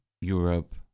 Europe